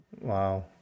Wow